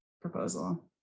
proposal